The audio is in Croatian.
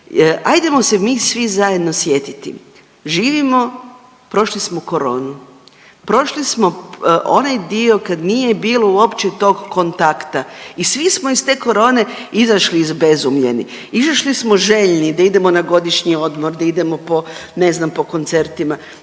Ajdemo se mi svi zajedno sjetiti. Živimo, prošli smo koronu, prošli smo onaj dio kad nije bilo uopće tog kontakta i svi smo iz te korone izašli izbezumljeni, izašli smo željni, da idemo na godišnji odmor, da idemo po, ne